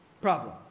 problem